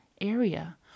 area